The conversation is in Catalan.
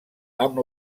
amb